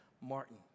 Martin